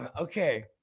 okay